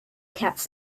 cats